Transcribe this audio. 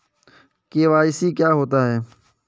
KYC क्या होता है?